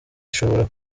ishobora